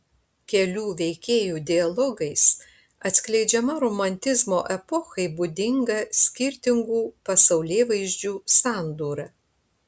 kelių veikėjų dialogais atskleidžiama romantizmo epochai būdinga skirtingų pasaulėvaizdžių sandūra